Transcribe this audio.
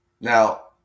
Now